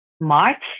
March